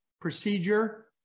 procedure